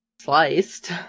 sliced